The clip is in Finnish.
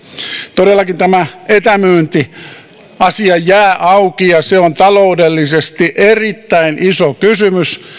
todellakin tämä etämyyntiasia jää auki ja se on taloudellisesti erittäin iso kysymys